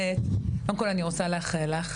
קודם כל אני רוצה להגיד לך,